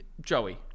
Joey